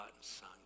son